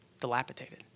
dilapidated